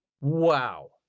Wow